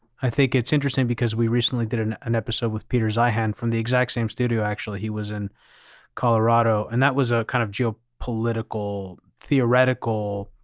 i think it's interesting because we recently did an an episode with peter zeihan from the exact same studio actually. he was in colorado and that was a kind of geopolitical theoretical,